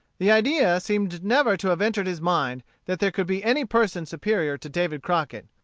the idea seemed never to have entered his mind that there could be any person superior to david crockett,